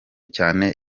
cyane